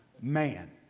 Man